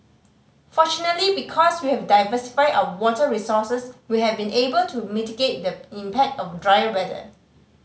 fortunately because we have diversified our water resources we have been able to mitigate the impact of drier weather